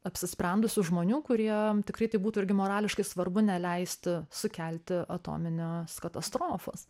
apsisprendusių žmonių kurie tikrai tai būtų irgi morališkai svarbu neleisti sukelti atominės katastrofos